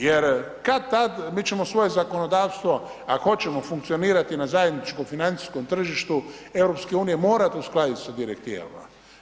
Jer kad-tad mi ćemo svoje zakonodavstvo ako hoćemo funkcionirati na zajedničkom financijskom tržištu EU morati uskladiti sa direktivama.